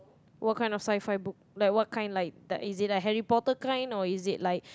what kind of sci fi book like what kind like the as in the Harry-Potter kind or is it like